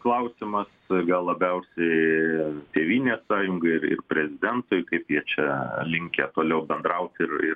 klausimas gal labiausiai tėvynės sąjungai ir prezidentui kaip jie čia linkę toliau bendrauti ir ir